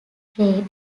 trade